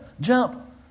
Jump